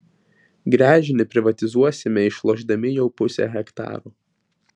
gręžinį privatizuosime išlošdami jau pusę hektaro